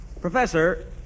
Professor